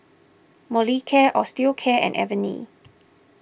Molicare Osteocare and Avene